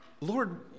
Lord